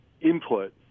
input –